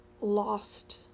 lost